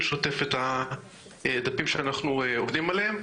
שוטף את הדפים שאנחנו עובדים עליהם.